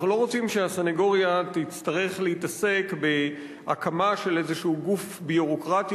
אנחנו לא רוצים שהסניגוריה תצטרך להתעסק בהקמה של איזה גוף ביורוקרטי,